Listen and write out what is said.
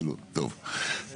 טוב,